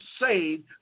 saved